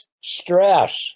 Stress